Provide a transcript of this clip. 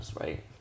right